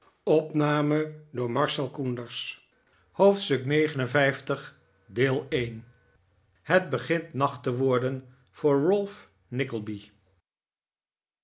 hoofdstuk lix het begint nacht te worden voor